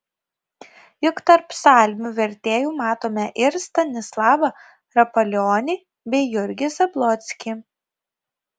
juk tarp psalmių vertėjų matome ir stanislavą rapalionį bei jurgį zablockį